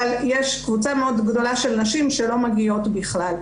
אבל יש קבוצה מאוד גדולה של נשים שלא מגיעות בכלל.